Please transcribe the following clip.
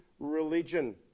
Religion